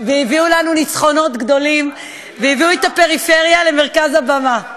והביאו לנו ניצחונות גדולים והביאו את הפריפריה למרכז הבמה.